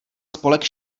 spolek